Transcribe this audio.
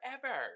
forever